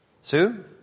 Sue